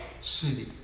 city